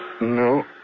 No